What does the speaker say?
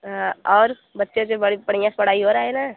हाँ और बच्चे ओच्चे बड़े बढ़िया से पढ़ाई हो रहा है न